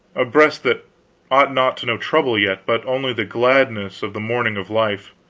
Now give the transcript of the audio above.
a breast that ought not to know trouble yet, but only the gladness of the morning of life